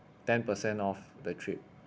ten per cent off the trip